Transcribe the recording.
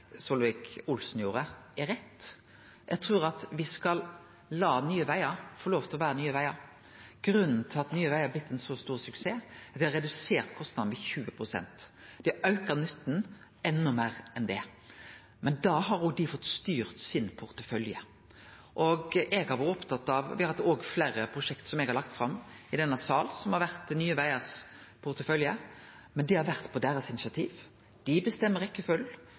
er rett. Eg trur me skal la Nye Vegar få lov til å vere Nye Vegar. Grunnen til at Nye Vegar er blitt ein så stor suksess, er at dei har redusert kostnadene med 20 pst. Dei har auka nytten enda meir enn det. Men da har dei fått styre sin portefølje. Fleire prosjekt som eg har lagt fram i denne salen, har vore i Nye Vegars portefølje, men det har vore på deira initiativ. Dei bestemmer